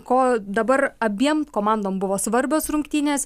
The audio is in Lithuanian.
ko dabar abiem komandom buvo svarbios rungtynės